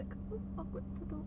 like some awkward turtle